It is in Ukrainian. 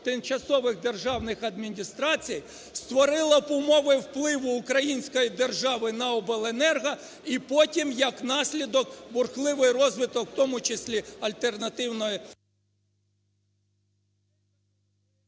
тимчасових державних адміністрацій, створило б умови впливу української держави на обленерго і потім, як наслідок, бурхливий розвиток, в тому числі альтернативної...